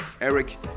Eric